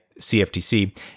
CFTC